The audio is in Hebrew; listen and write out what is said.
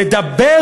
לדבר